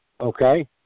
Okay